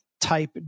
type